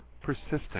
persistent